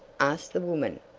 asked the woman.